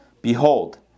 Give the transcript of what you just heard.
Behold